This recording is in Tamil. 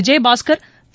விஜயபாஸ்கா் திரு